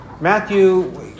Matthew